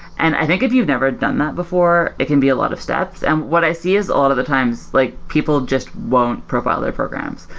and i think if you've never done that before, it can be a lot of steps. and what i see is a lot of the times like people just won't profile their programs,